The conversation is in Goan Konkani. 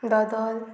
दोदोल